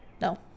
No